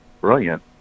brilliant